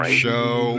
show